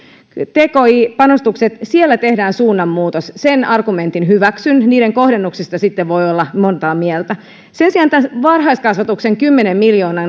tki panostukset siellä tehdään suunnanmuutos sen argumentin hyväksyn niiden kohdennuksista sitten voi olla montaa mieltä sen sijaan varhaiskasvatuksen kymmenen miljoonan